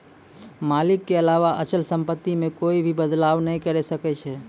मालिक के अलावा अचल सम्पत्ति मे कोए भी बदलाव नै करी सकै छै